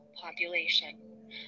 population